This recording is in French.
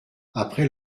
après